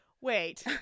Wait